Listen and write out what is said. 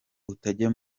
utajya